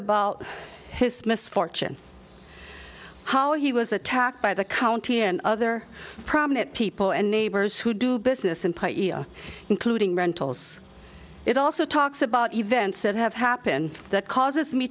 about his misfortune how he was attacked by the county and other prominent people and neighbors who do business employee or including rentals it also talks about events that have happened that causes me